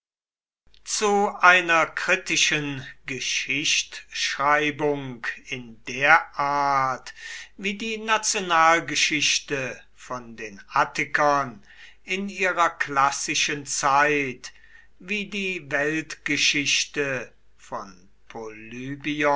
zu einer kritischen geschichtschreibung in der art wie die nationalgeschichte von den attikern in ihrer klassischen zeit wie die weltgeschichte von polybios